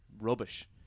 rubbish